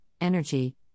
energy